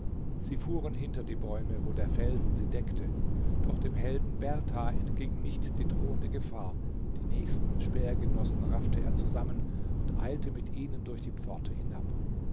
sie fuhren hinter die bäume wo der felsen sie deckte doch dem helden berthar entging nicht die drohende gefahr die nächsten speergenossen raffte er zusammen und eilte mit ihnen durch die pforte hinab